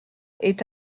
est